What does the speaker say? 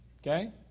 Okay